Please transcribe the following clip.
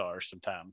sometime